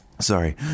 Sorry